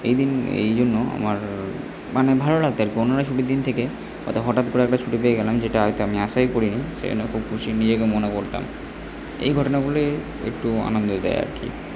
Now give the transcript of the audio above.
এই দিন এই জন্য আমার মানে ভালো লাগত আর কী অন্যান্য ছুটির দিন থেকে হয়তো হঠাৎ করে একটা ছুটি পেয়ে গেলাম যেটা হয়তো আমি আশাই করিনি সেই জন্য খুব খুশি নিজেকে মনে করতাম এই ঘটনাগুলোই একটু আনন্দ দেয় আর কী